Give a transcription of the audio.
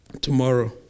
tomorrow